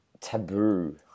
taboo